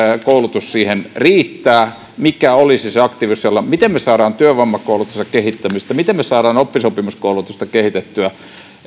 koulutus siihen riittää mikä olisi se aktiivisuusseula miten me saamme työvoimakoulutusta kehitettyä miten me saamme oppisopimuskoulutusta kehitettyä